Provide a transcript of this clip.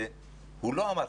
הוא לא אמר,